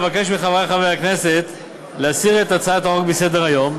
אבקש מחברי חברי הכנסת להסיר את הצעת החוק מסדר-היום.